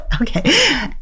Okay